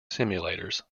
simulators